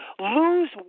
Lose